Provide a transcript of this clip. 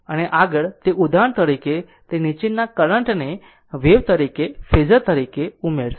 અને આગળ તે ઉદાહરણ તરીકે તે નીચેના કરંટ ને વેવ તરીકે ફેઝર તરીકે ઉમેરશે